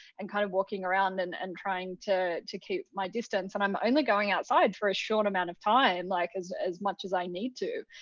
and kind of walking around, and and trying to to keep my distance. and i'm only going outside for a short amount of time, like as as much as i need to.